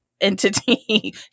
entity